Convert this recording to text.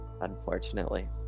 unfortunately